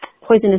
poisonous